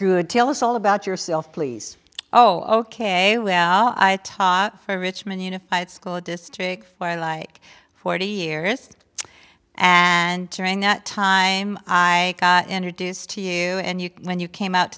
good tell us all about yourself please oh ok well i richmond unified school district for like forty years and during that time i introduced to you and you when you came out